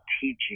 teaching